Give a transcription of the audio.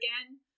again